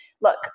look